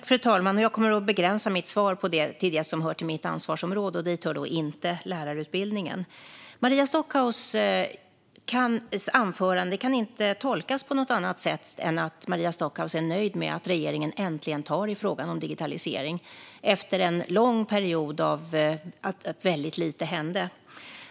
Fru talman! Jag kommer att begränsa mitt svar till det som hör till mitt ansvarsområde. Dit hör inte lärarutbildningen. Maria Stockhaus anförande kan inte tolkas på något annat sätt än att hon är nöjd med att regeringen äntligen tar tag i frågan om digitalisering efter en lång period då väldigt lite hände.